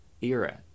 era